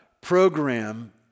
program